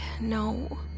no